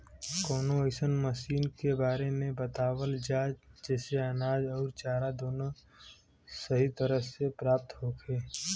कवनो अइसन मशीन के बारे में बतावल जा जेसे अनाज अउर चारा दोनों सही तरह से प्राप्त होखे?